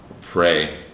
pray